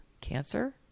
cancer